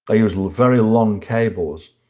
i use very long cables,